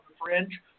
fringe